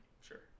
sure